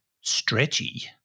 Stretchy